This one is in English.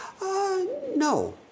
no